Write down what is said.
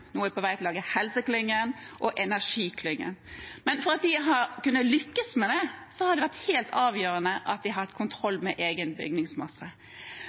er på vei til å lage helseklynge og energiklynge. For at de har kunnet lykkes med det, har det vært helt avgjørende at de har hatt kontroll med egen bygningsmasse.